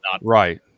Right